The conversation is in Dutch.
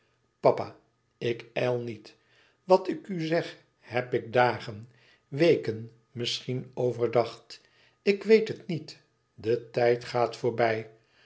papa ik ijl niet wat ik u zeg heb ik dagen weken misschien overdacht ik weet het niet de tijd gaat voorbij